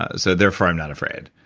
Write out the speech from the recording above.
ah so therefore i'm not afraid.